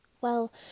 Well